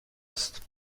است